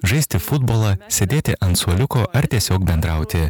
žaisti futbolą sėdėti ant suoliuko ar tiesiog bendrauti